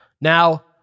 Now